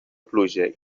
pluja